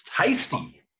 tasty